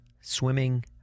swimming